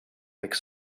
like